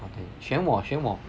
okay 选我选我